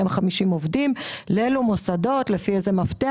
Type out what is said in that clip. העובדים; לאילו מוסדות ולפי איזה מפתח.